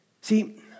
See